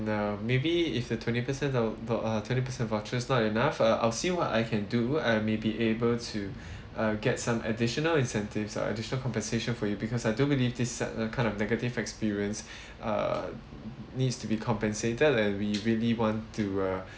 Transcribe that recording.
uh maybe if the twenty percent of the uh twenty percent vouchers not enough uh I'll see what I can do I may be able to uh get some additional incentives uh additional compensation for you because I don't really this set uh kind of negative experience uh needs to be compensated and we really want to uh